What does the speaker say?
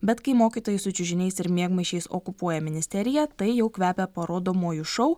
bet kai mokytojai su čiužiniais ir miegmaišiais okupuoja ministeriją tai jau kvepia parodomuoju šou